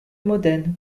modène